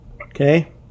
Okay